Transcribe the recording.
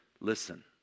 Listen